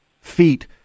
feet